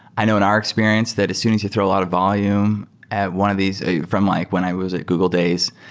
i know in our experience that as soon as you throw a lot of volume at one of these from like when i was at google days,